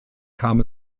kam